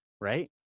right